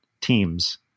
teams